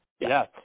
Yes